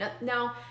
Now